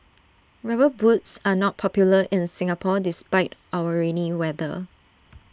rubber boots are not popular in Singapore despite our rainy weather